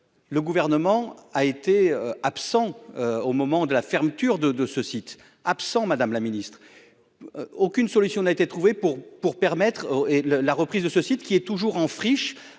le gouvernement a été absent au moment de la fermeture de de ce site, absent, Madame la Ministre, aucune solution n'a été trouvée pour pour permettre au et le la reprise de ce site qui est toujours en friche,